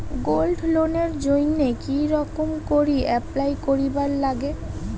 Gold লোনের জইন্যে কি রকম করি অ্যাপ্লাই করিবার লাগে?